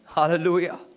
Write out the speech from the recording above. Hallelujah